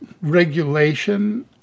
regulation